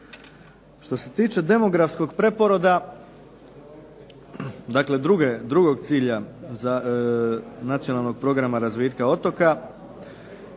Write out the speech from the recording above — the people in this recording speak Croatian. Što se tiče demografskog preporoda dakle drugog cilja za nacionalnog programa razvitka otoka,